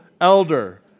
elder